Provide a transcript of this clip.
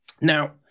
Now